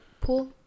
pool